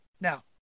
now